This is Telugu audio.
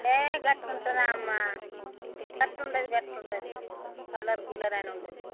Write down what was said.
ఏ అట్ల ఉంటుందామ్మ అట్ట ఉండదు అట్ల ఉండదు కలర్ గిలర్ అని ఉండదు